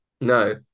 No